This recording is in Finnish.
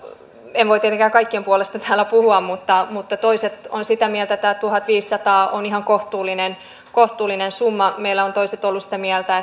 en voi tietenkään kaikkien puolesta täällä puhua mutta mutta toiset ovat sitä mieltä että tuhatviisisataa on ihan kohtuullinen kohtuullinen summa meillä ovat toiset olleet sitä mieltä